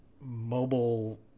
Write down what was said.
mobile